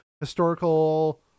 historical